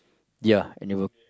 ya and they were